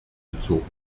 bezogen